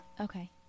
Okay